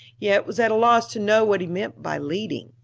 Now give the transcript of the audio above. yet was at a loss to know what he meant by leading.